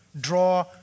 draw